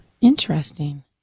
Interesting